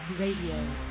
Radio